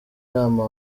nama